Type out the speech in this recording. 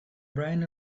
brain